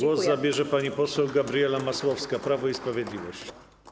Głos zabierze pani poseł Gabriela Masłowska, Prawo i Sprawiedliwość.